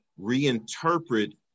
reinterpret